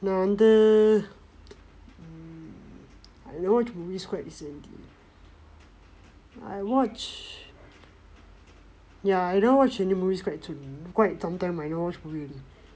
நான் வந்து:naan vandthu mm I never watch movies quite recently I watch ya I never watch any movies quite recently quite some time I never watch movie already